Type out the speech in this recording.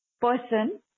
person